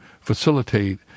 facilitate